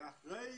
ושתיים,